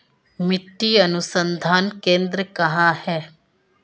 मिट्टी अनुसंधान केंद्र कहाँ है?